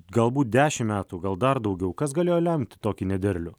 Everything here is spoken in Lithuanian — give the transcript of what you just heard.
galbūt dešimt metų gal dar daugiau kas galėjo lemti tokį nederlių